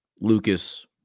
Lucas